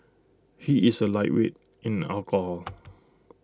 he is A lightweight in alcohol